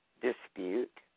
dispute